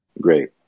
Great